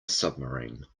submarine